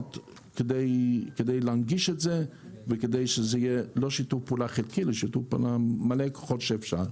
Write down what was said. כדי שזה לא יהיה בשיתוף פעולה חלקי אלא בשיתוף פעולה מלא ככל האפשר.